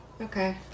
Okay